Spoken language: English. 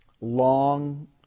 long